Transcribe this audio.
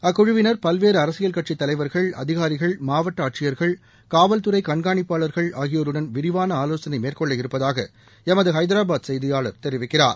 அக்குழுவினர் பல்வேறு அரசியல் கட்சித் தலைவர்கள் அதிகாரிகள் மாவட்ட ஆட்சியர்கள் காவல்துறை கண்காணிப்பாளர்கள் ஆகியோருடன் விரிவான ஆலோசனை மேற்கொள்ள இருப்பதாக எமது ஹைதராபாத் செய்தியாளர் தெரிவிக்கிறார்